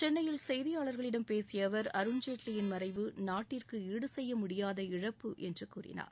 சென்னையில் செய்தியாளர்களிடம் பேசிய அவர் அருண்ஜேட்லியின் மறைவு நாட்டிற்கு ஈடுசெய்ய முடியாத இழப்பு என்று கூறினார்